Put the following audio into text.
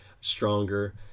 stronger